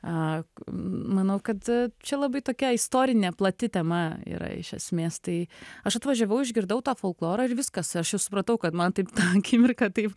a manau kad čia labai tokia istorinė plati tema yra iš esmės tai aš atvažiavau išgirdau tą folklorą ir viskas aš jau supratau kad man taip tą akimirką taip